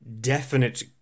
definite